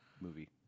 movie